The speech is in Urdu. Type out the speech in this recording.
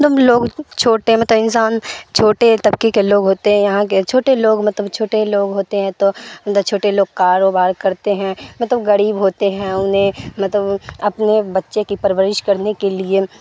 تم لوگ چھوٹے مطلب انسان چھوٹے طبقے کے لوگ ہوتے ہیں یہاں کے چھوٹے لوگ مطلب چھوٹے لوگ ہوتے ہیں تو مطلب چھوٹے لوگ کاروبار کرتے ہیں مطلب غریب ہوتے ہیں انہیں مطلب اپنے بچے کی پرورش کرنے کے لیے